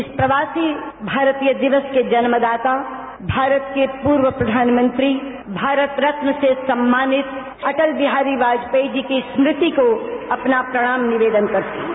इस प्रवासी भारतीय दिवस के जन्मदाता भारत के पूर्व प्रधानमंत्री भारत रत्न से सम्मानित अटल बिहारी वाजपेयी जी की स्मृति को अपना प्रणाम निवेदन करती हूं